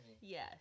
Yes